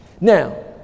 Now